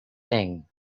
thing